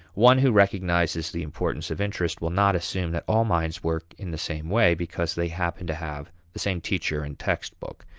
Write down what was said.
one who recognizes the importance of interest will not assume that all minds work in the same way because they happen to have the same teacher and textbook.